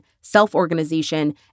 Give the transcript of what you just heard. self-organization